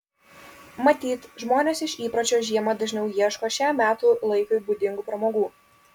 matyt žmonės iš įpročio žiemą dažniau ieško šiam metų laikui būdingų pramogų